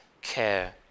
care